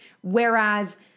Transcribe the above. Whereas